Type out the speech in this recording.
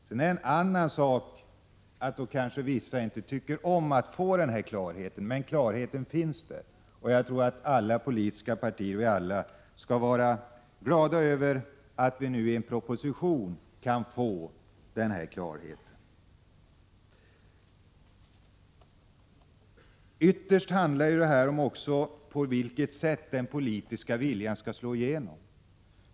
Det är förstås en annan sak att vissa kanske inte tycker om att få denna klarhet, men klarheten finns där, och jag tror att vi inom alla politiska partier skall vara glada över att vi nu i en proposition kan redovisa denna klarhet. Ytterst handlar detta också om på vilket sätt den politiska viljan skall slå igenom.